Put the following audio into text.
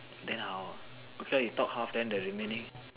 then how okay you talk half then the remaining